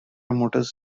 motors